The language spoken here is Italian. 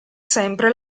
sempre